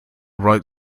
wright